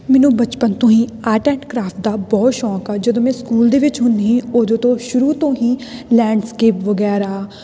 ਮੈਨੂੰ ਬਚਪਨ ਤੋਂ ਹੀ ਆਰਟ ਐਂਡ ਕ੍ਰਾਫਟ ਦਾ ਬਹੁਤ ਸ਼ੌਂਕ ਆ ਜਦੋਂ ਮੈਂ ਸਕੂਲ ਦੇ ਵਿੱਚ ਹੁੰਦੀ ਉਹਦੇ ਤੋਂ ਸ਼ੁਰੂ ਤੋਂ ਹੀ ਲੈਂਡਸਕੇਪ ਵਗੈਰਾ